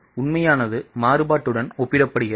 இப்போது உண்மையானது மாறுபாட்டுடன் ஒப்பிடப்படுகிறது